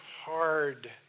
hard